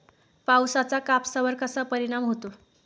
पावसाचा कापसावर कसा परिणाम होतो?